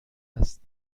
است